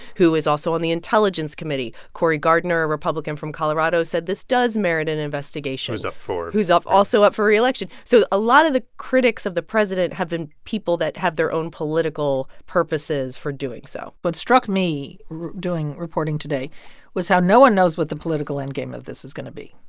who is also on the intelligence committee. corey gardner, a republican from colorado, said this does merit an investigation who's up for. who's up also up for reelection. so a lot of the critics of the president have been people that have their own political purposes for doing so what struck me doing reporting today was how no one knows what the political endgame of this is going to be.